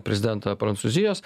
prezidentą prancūzijos